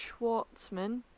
Schwartzman